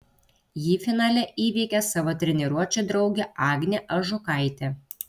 ji finale įveikė savo treniruočių draugę agnę ažukaitę